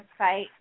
website